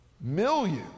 Millions